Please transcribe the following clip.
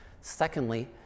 secondly